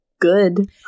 Good